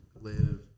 live